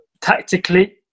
tactically